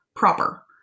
Proper